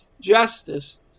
justice